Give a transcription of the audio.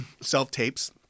self-tapes